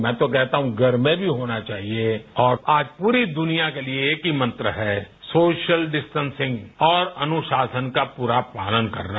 मैं तो कहता हूं घर में भी होना चाहिए और आज पूरी दुनिया के लिए एक ही मंत्र है सोशल डिस्टेसिंग और अनुशासन का पूरा पालन करना